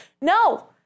No